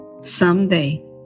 someday